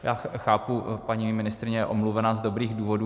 Já chápu, paní ministryně je omluvena z dobrých důvodů.